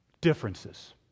differences